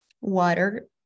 water